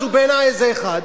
אז הוא בעיני איזה אחד.